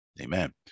amen